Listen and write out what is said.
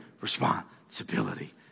responsibility